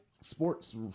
sports